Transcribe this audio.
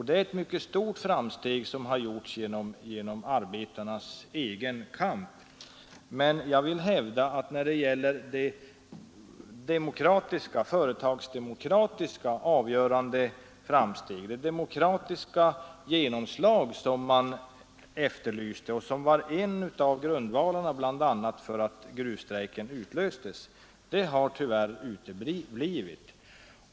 Det är ett framsteg som har åstadkommits genom arbetarnas egen kamp. Jag vill dock hävda att det inte har skett några företagsdemokratiska framsteg — det demokratiska genomslag som man efterlyste och vars uteblivande bl.a. orsakade att gruvstrejken utlöstes.